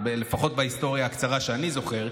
לפחות בהיסטוריה הקצרה שאני זוכר,